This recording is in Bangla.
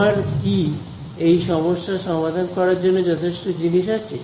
তোমার কি এই সমস্যা সমাধান করার জন্য যথেষ্ট জিনিস আছে